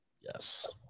Yes